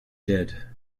dead